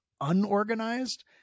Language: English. unorganized